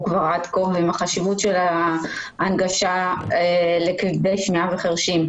עד כה והחשיבות ההנגשה לכבדי שמיעה ולחירשים.